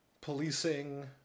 policing